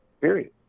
period